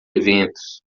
eventos